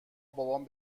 بابام